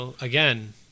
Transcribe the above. again